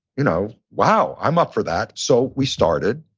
you know, wow. i'm up for that. so we started.